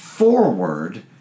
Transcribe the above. forward